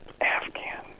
Afghan